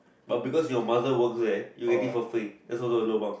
but because your mother works there you get it for free that's also a lobang